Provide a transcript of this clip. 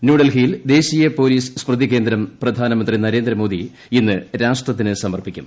ന്യൂഡൽഹിയിൽ ദേശീയ പോലീസ് സ്മൃതി കേന്ദ്രം പ്രധാനമന്ത്രി നരേന്ദ്രമോദി ഇന്ന് രാഷ്ട്രത്തിന് സമർപ്പിക്കും